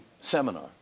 seminar